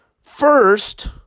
first